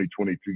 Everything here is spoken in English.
2022